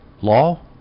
law